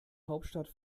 hauptstadt